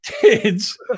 kids